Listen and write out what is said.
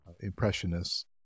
Impressionists